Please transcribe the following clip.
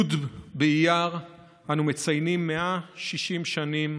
י' באייר, אנו מציינים 160 שנים